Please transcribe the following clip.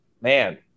man